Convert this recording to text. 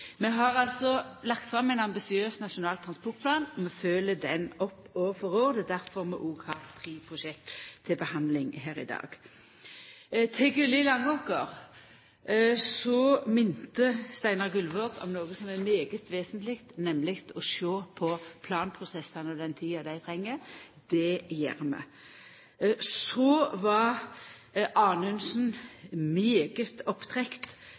Vi har lagt fram ein ambisiøs Nasjonal transportplan. Vi følgjer han opp år for år, og det er derfor vi òg har tre prosjekt til behandling her i dag. Til Gulli–Langåker: Steinar Gullvåg minte om noko som er veldig vesentleg, nemleg å sjå på planprosessane og den tida dei treng. Det gjer vi. Så var Anundsen